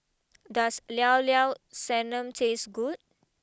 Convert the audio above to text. does Llao Llao Sanum taste good